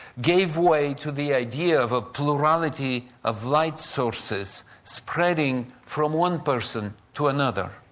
gave way to the idea of a plurality of light sources spreading from one person to another.